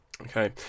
Okay